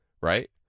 Right